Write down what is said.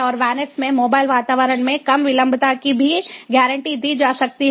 और VANETs में mobile वातावरण में कम विलंबता की भी गारंटी दी जा सकती है